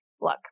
look